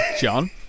John